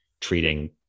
treating